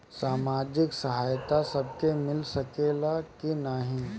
सामाजिक सहायता सबके मिल सकेला की नाहीं?